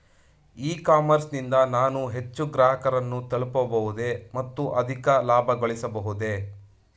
E commerce ನಿಂದ ನಾನು ಹೆಚ್ಚು ಗ್ರಾಹಕರನ್ನು ತಲುಪಬಹುದೇ ಮತ್ತು ಅಧಿಕ ಲಾಭಗಳಿಸಬಹುದೇ?